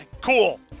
cool